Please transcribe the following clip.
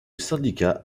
syndicat